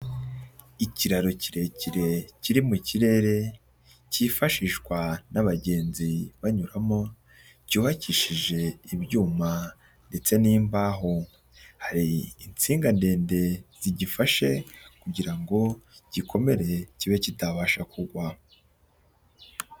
Ikiraro kirekire kiri mu kirere cyifashishwa n'abagenzi banyuramo cyubakishije ibyuma ndetse n'imbaho, hari insinga ndende zigifashe kugira ngo gikomere kibe kitabasha kugwa.